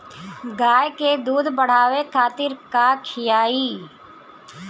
गाय के दूध बढ़ावे खातिर का खियायिं?